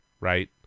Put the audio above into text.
right